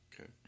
Okay